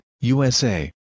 USA